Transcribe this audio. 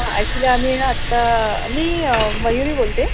हा ॲक्चुअल्ली आम्ही ना आता मी मयूरी बोलतेय